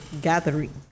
gathering